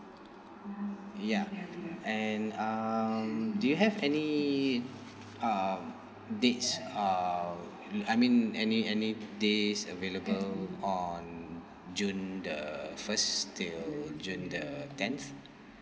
ya and um do you have any um dates uh I mean any any days available on june uh first till june uh tenth